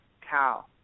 cow